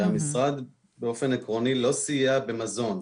הרי המשרד באופן עקרוני לא סייע במזון,